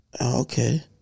Okay